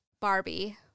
Barbie